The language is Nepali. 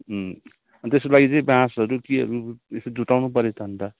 अन्त त्यसको लागि चाहिँ बाँसहरू केहरू यसो जुटाउनु पऱ्यो त अनि त